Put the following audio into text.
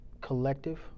collective